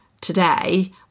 today